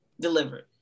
delivered